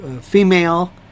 female